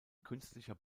künstlicher